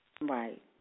Right